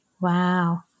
Wow